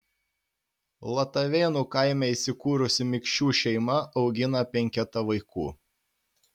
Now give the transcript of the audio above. latavėnų kaime įsikūrusi mikšių šeima augina penketą vaikų